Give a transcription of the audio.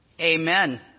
Amen